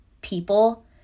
people